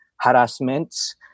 harassments